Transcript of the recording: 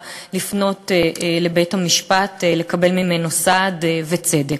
לפנות לבית-המשפט לקבל ממנו סעד וצדק.